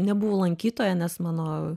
nebuvau lankytoja nes mano